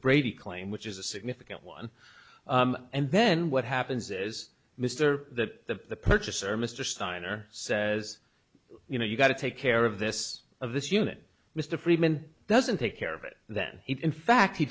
brady claim which is a significant one and then what happens is mr the purchaser mr steiner says you know you've got to take care of this of this unit mr freeman doesn't take care of it and then he in fact he